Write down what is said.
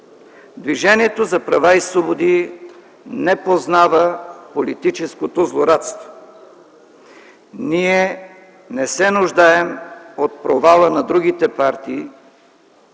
Движението за права и свободи не познава политическото злорадство. Ние не се нуждаем от провала на другите партии,